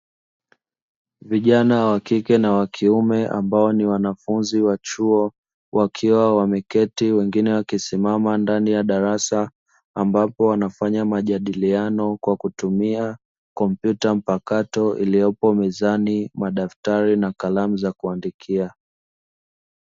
Vijana wa kike na wa kiume ambao ni wanafunzi wa chuo wakiwa wameketi wengine wakisimama ndani ya darasa, ambapo wanafanya majadiliano kwa kutumia kompyuta mpakato iliyopo mezani, madaftari na kalamu za kuandikia.